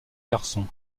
garçon